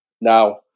Now